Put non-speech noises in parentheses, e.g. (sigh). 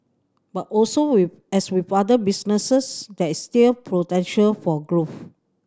but also (unintelligible) as with other businesses there is still potential for growth